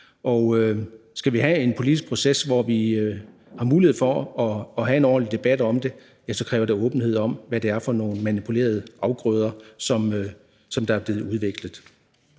skal vi have en politisk proces, hvor vi har mulighed for at have en ordentlig debat om det, ja, så kræver det åbenhed om, hvad det er for nogle manipulerede afgrøder, der er blevet udviklet.